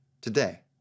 today